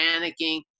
panicking